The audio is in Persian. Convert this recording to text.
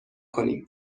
کنیم